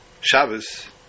Shabbos